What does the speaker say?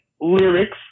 lyrics